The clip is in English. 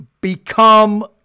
become